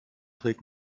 trägt